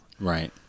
Right